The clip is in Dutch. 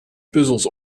puzzels